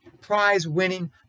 prize-winning